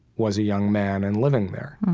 was a young man and living there. ah,